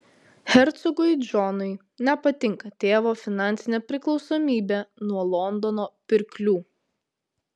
hercogui džonui nepatinka tėvo finansinė priklausomybė nuo londono pirklių